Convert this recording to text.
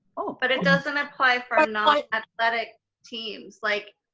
but it doesn't apply for and non like athletic teams. like,